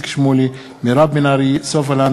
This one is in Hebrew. ברשות יושבת-ראש הישיבה,